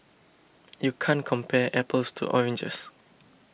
you can't compare apples to oranges